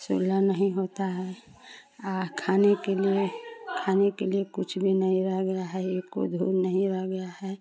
सुलह नहीं होता है आ खाने के लिए खाने के लिए कुछ भी नहीं रहे गया है एको धूर नहीं रह गया है